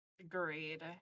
Agreed